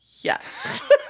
Yes